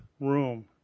room